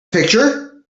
picture